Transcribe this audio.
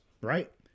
right